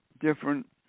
different